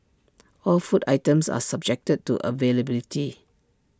all food items are subjected to availability